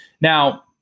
Now